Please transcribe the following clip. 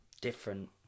Different